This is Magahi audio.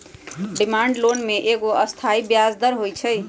डिमांड लोन में एगो अस्थाई ब्याज दर होइ छइ